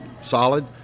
solid